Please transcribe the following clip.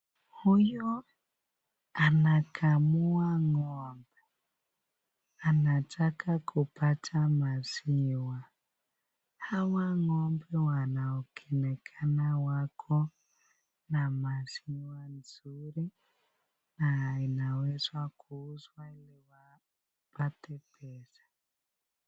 Huyu anakamua ngombe, anataka kupata maziw. Hawa ngombe wanaonekana wako na maziwa mzuri na inaweza kuuzwa ili wapate pesa.